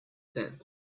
tent